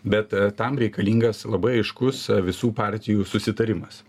bet tam reikalingas labai aiškus visų partijų susitarimas